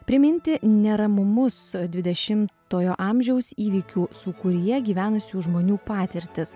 priminti neramumus dvidešimtojo amžiaus įvykių sūkuryje gyvenusių žmonių patirtis